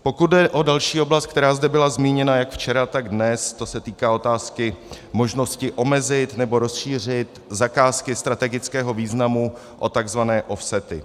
Pokud jde o další oblast, která zde byla zmíněna jak včera, tak dnes, to se týká otázky možnosti omezit nebo rozšířit zakázky strategického významu o tzv. offsety.